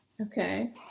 Okay